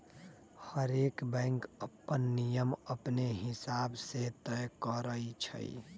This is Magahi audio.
हरएक बैंक अप्पन नियम अपने हिसाब से तय करई छई